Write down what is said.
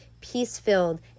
peace-filled